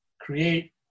create